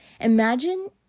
Imagine